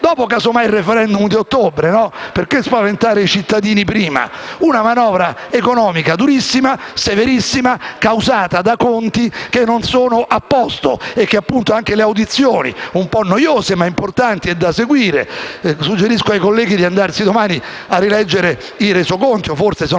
dopo il *referendum* di ottobre - perché spaventare i cittadini prima? - una manovra economica durissima, severissima, causata da conti che non sono a posto. Anche nelle audizioni, un po' noiose ma importanti e da seguire - suggerisco ai colleghi di leggere domani i resoconti o forse sono